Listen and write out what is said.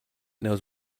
knows